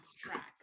track